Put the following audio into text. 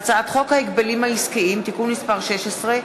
הצעת חוק ההגבלים העסקיים (תיקון מס' 16),